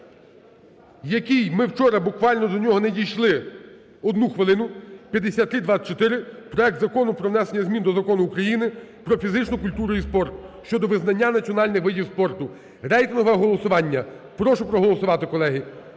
який ми вчора, буквально до нього не дійшли одну хвилину, 5324: проект Закону про внесення змін до Закону України "Про фізичну культуру і спорт" щодо визнання національних видів спорту. Рейтингове голосування. Прошу проголосувати, колеги.